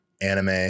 anime